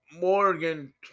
Morgan